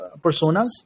personas